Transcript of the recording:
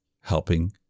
helping